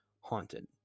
haunted